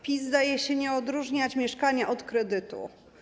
PiS zdaje się nie odróżniać mieszkania od kredytu.